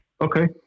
Okay